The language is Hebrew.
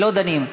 לא דנים.